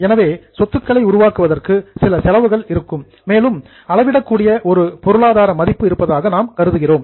எனவே சொத்துக்களை உருவாக்குவதற்கு சில காஸ்ட் செலவுகள் இருக்கும் மேலும் மெஷர்ட் அளவிடக்கூடிய ஒரு பொருளாதார மதிப்பு இருப்பதாக நாம் கருதுகிறோம்